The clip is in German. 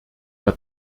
der